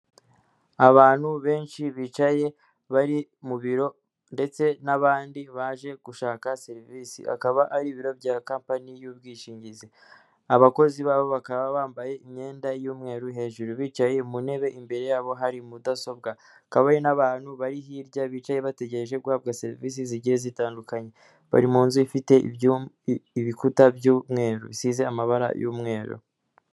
Abantu benshi bicaye bari mu biro, ndetse n'abandi baje gushaka serivisi, akaba ari ibiro bya company y'ubwishingizi, abakozi babo bakaba bambaye imyenda y'umweru hejuru, bicaye mu ntebe, imbere yabo hari mudasobwa, hakaba hari n'abantu bari hirya bicaye bategereje guhabwa serivisi zigiye zitandukanye, bari mu nzu ifite ibikuta by'umweru, bisize amabara y'umweru.